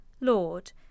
Lord